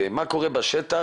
ומה קורה בשטח,